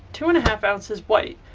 two and a half ounces white,